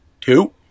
two